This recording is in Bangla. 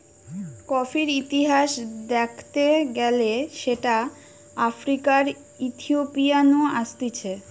কফির ইতিহাস দ্যাখতে গেলে সেটা আফ্রিকার ইথিওপিয়া নু আসতিছে